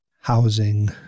housing